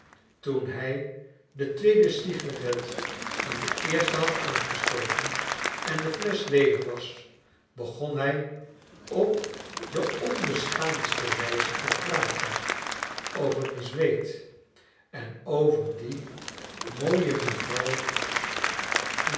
toen hij de tweede sigaret aan de eerste had aangestoken en de flesch ledig was begon hij op de onbeschaamdste wijze te praten over miss wade en over die mooie mevrouw